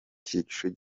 cyiciro